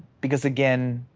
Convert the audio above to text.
because again,